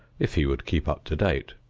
if he would keep up to date.